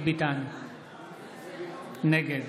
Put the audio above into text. נגד